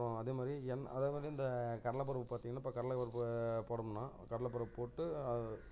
அப்புறம் அதே மாதிரி எம் அதே மாதிரி இந்த கடலைப்பருப்பு பார்த்தீங்கனா இப்போ கடலப்பருப்பு போடணும்னால் கடலைப்பருப்பு போட்டு அது